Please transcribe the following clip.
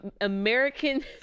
American